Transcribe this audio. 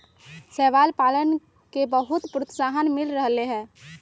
शैवाल पालन के बहुत प्रोत्साहन मिल रहले है